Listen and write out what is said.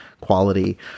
quality